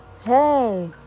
Hey